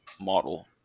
model